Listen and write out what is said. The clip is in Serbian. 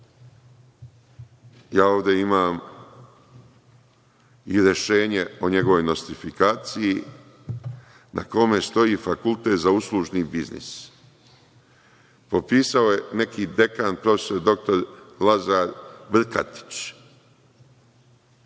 ovde imam i rešenje o njegovoj nostrifikaciji na kome stoji Fakultet za uslužni biznis. Potpisao je neki dekan prof. dr Lazar Brkatić.